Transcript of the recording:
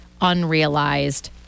unrealized